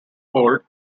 old